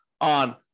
on